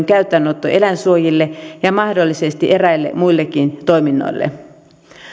käyttöönotto eläinsuojille ja mahdollisesti eräille muillekin toiminnoille